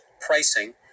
pricing